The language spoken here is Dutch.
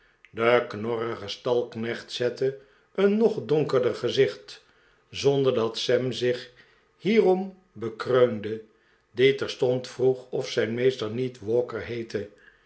de knorrige stalknecht zette een nog donkerder gezicht zonder dat sam zich hierom bekreunde die terstond vroeg of zijn meester niet walker heette